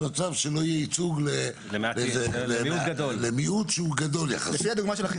מצב שלא יהיה ייצוג למיעוט שהוא גדול יחסית.